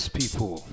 people